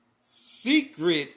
secret